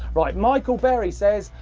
right, michael berry says,